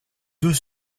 deux